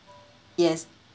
yes